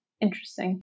Interesting